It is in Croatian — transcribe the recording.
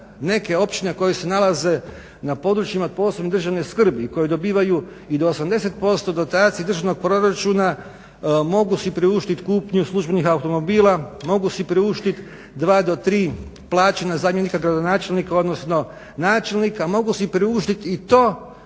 neke općine koje se nalaze na područjima od posebne državne skrbi i koje dobivaju i do 80% dotacije državnog proračuna mogu si priuštit kupnju službenih automobila, mogu si priuštit dva do tri plaćena zamjenika gradonačelnika odnosno načelnika, mogu si priuštit i to